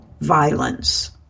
violence